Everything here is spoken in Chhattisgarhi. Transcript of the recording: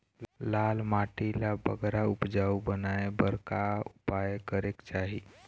लाल माटी ला बगरा उपजाऊ बनाए बर का उपाय करेक चाही?